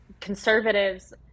conservatives